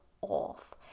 off